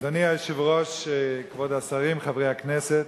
אדוני היושב-ראש, כבוד השרים, חברי הכנסת,